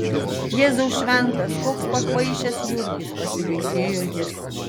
jėzau šventas koks pakvaišęs jurgis pasibaisėjo jis